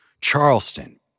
Charleston